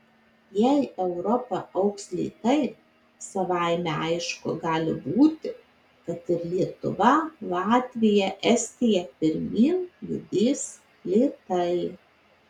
jei europa augs lėtai savaime aišku gali būti kad ir lietuva latvija estija pirmyn judės lėtai